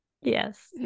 Yes